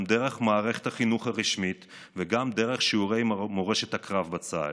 גם דרך מערכת החינוך הרשמית וגם דרך שיעורי מורשת הקרב בצה"ל.